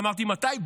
אמרתי: מתי?